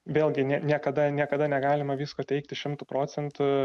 vėlgi ne niekada niekada negalima visko teigti šimtu procentu